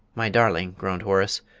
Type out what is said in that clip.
my darling, groaned horace,